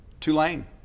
Tulane